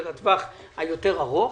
זה לטווח היותר ארוך,